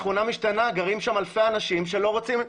גרים שם אלפי אנשים שלא רוצים.